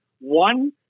one